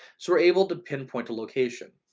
so we're able to pinpoint a location,